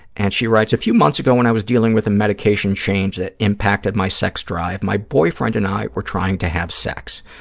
and she writes, a few months ago when i was dealing with a medication change that impacted my sex drive, my boyfriend and i were trying to have sex.